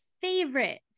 favorite